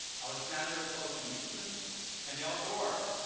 alexsandr solzhenitzyn and al gore,